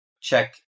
check